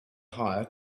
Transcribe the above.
hire